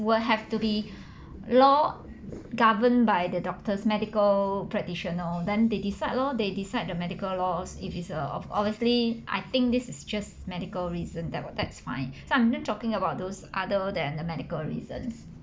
will have to be law governed by the doctors medical practitioners then they decide lor they decide the medical laws if it's a of obviously I think this is just medical reason that will that's my so I'm just talking about those other than a medical reasons